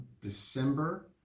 December